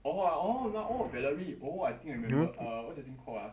oh ah oh no valerie oh I think I remember err what's that thing called ah